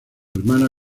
hermana